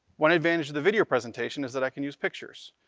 one advantage of the video presentation is that i can use pictures.